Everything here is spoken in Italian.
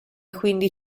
quindi